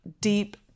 deep